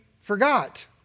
forgot